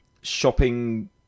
shopping